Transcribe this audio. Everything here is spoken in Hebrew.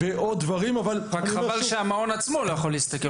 רק חבל שהמעון עצמו לא יכול להסתכל,